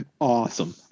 Awesome